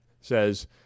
says